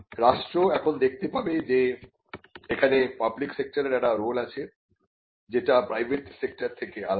রাষ্ট্র এখন দেখতে পাবে যে এখানে পাবলিক সেক্টরের একটা রোল আছে যেটা প্রাইভেট সেক্টর থেকে আলাদা